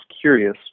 curious